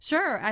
Sure